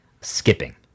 Skipping